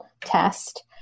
test